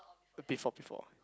uh before before